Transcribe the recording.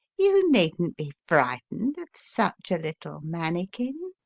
you needn't be frightened of such a little mannikin.